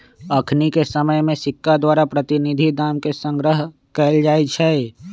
अखनिके समय में सिक्का द्वारा प्रतिनिधि दाम के संग्रह कएल जाइ छइ